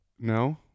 No